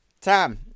Tom